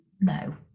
No